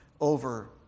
over